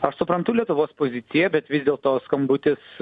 aš suprantu lietuvos poziciją bet vis dėl to skambutis